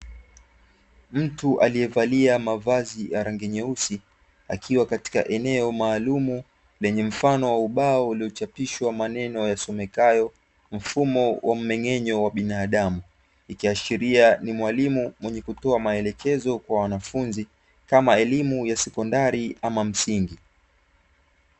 Mtu aliyevalia mavazi ya rangi nyeusi akiwa katika eneo maalumu lenye mfano wa ubao uliochapishwa maneno yasomekayo, mfumo wa mmeng'enyo wa binadamu, ikiashiria ni mwalimu mwenye kutoa maelekezo kwa wanafunzi kama elimu ya sekondari ama msingi.